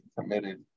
committed